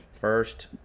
First